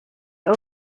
old